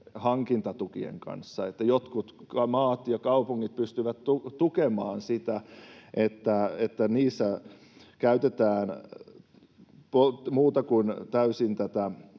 hankintatukien kanssa. Jotkut maat ja kaupungit pystyvät tukemaan sitä, että niissä käytetään muuta kuin täysin